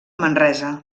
manresa